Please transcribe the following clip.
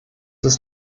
ist